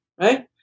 right